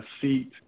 seat